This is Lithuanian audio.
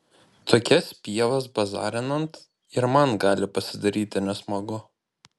tokias pievas bazarinant ir man gali pasidaryti nesmagu